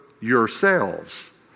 yourselves